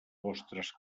vostres